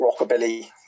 rockabilly